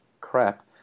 crap